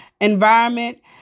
environment